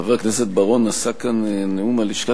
חבר הכנסת בר-און עשה כאן נאום על לשכת